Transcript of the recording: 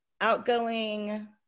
outgoing